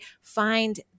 find